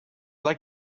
like